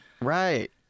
Right